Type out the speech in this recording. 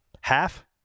half